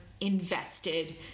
invested